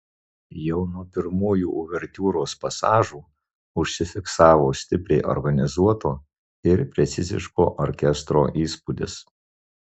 jau nuo pirmųjų uvertiūros pasažų užsifiksavo stipriai organizuoto ir preciziško orkestro įspūdis